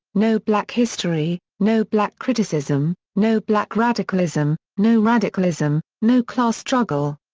no black history, no black criticism, no black radicalism, no radicalism, no class struggle.